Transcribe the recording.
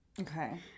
Okay